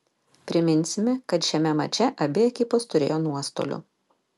priminsime kad šiame mače abi ekipos turėjo nuostolių